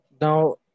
now